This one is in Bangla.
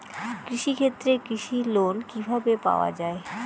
কৃষি ক্ষেত্রে কৃষি লোন কিভাবে পাওয়া য়ায়?